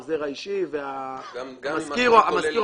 העוזר/ת האישי/ת וכולי.